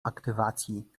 aktywacji